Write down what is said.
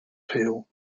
peel